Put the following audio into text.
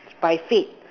by fate